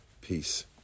peace